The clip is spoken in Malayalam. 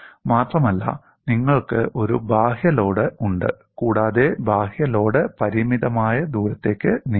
ഇത് മാത്രമല്ല നിങ്ങൾക്ക് ഒരു ബാഹ്യ ലോഡ് ഉണ്ട് കൂടാതെ ബാഹ്യ ലോഡ് പരിമിതമായ ദൂരത്തേക്ക് നീങ്ങി